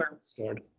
stored